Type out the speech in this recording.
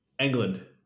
England